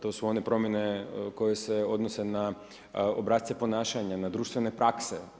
To su one promjene, koje se odnose na obrasce ponašanja, na društvene takse.